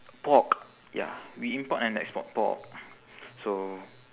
pork ya we import and export pork so